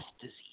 disease